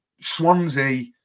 Swansea